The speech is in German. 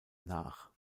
nach